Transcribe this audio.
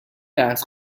درس